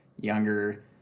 younger